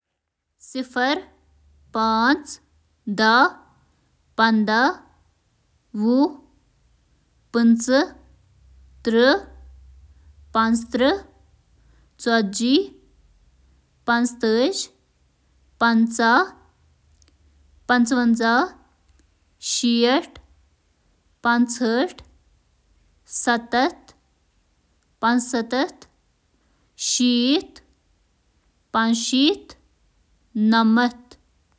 .پانٛژ، دَہ، پنٛدہ، وُہُہ، پنٛژوُہ، ترٛہہ ، پانٛژترہ ، ژتجی ، پانٛژتٲجی ، پنٛژاہ ۔